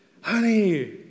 Honey